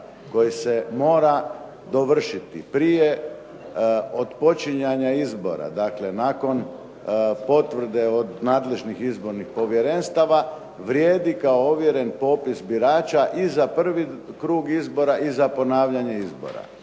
koji se mora dovršiti prije otpočinjanja izbora, dakle nakon potvrde od nadležnih izbornih povjerenstava vrijedi kao ovjeren popis birača i za prvi krug izbora i za ponavljanje izbora.